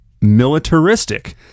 militaristic